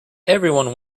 everyone